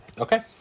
Okay